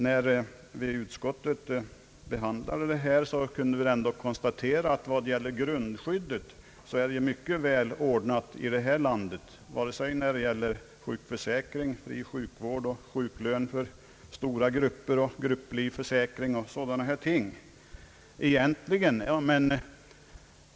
När utskottet behandlade detta ärende kunde utskottet konstatera, att det i fråga om grundskyddet är mycket väl ordnat här i landet vare sig det gäller sjukförsäkring, fri sjukvård och sjuklön för stora grupper eller grupplivförsäkring och dylikt.